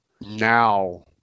now